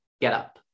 getup